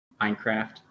Minecraft